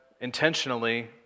intentionally